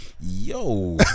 Yo